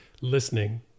listening